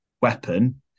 weapon